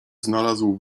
znalazł